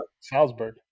Salzburg